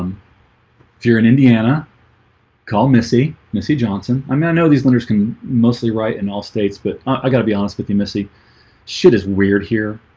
if you're in indiana call missy missy johnson. i mean, i know these lenders can mostly write in all states, but i got to be honest with you missy shit is weird here.